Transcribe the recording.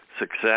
success